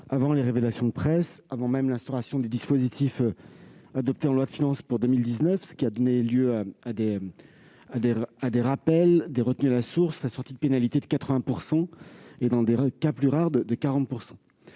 avant les révélations de la presse, et avant même l'instauration du dispositif adopté en loi de finances pour 2019. Cela a donné lieu à des rappels et à des retenues à la source, assortis de pénalités de 80 % et, dans des cas plus rares, de 40 %.